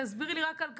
תסבירי לי רק על קפריסין.